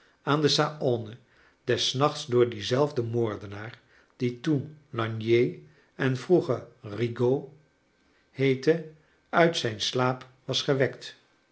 aan de saone des nachts door dien zelfden moordenaar die toen langnier en vroeger eigaud heete uit zijn slaap was gewekt